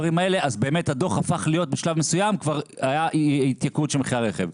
באמת עד שהיה את הדוח, הייתה התייקרות של הרכב.